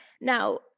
Now